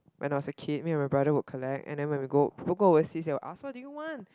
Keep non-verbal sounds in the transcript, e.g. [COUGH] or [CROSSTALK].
when I was a kid me and my brother would collect and then when we go [BREATH] we'll go overseas they will ask what do you want